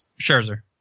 Scherzer